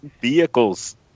vehicles